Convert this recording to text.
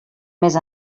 més